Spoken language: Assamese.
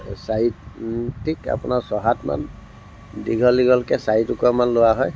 চাৰি ঠিক আপোনাৰ ছহাতমান দীঘল দীঘলকৈ চাৰি টুকুৰামান লোৱা হয়